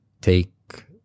take